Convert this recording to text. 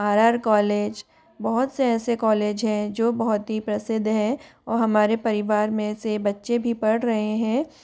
are R college बहुत से ऐसे कॉलेज हैं जो बहुत ही प्रसिद्ध हैं और हमारे परिवार में से बच्चे भी पढ़ रहे हैं